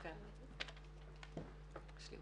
קודם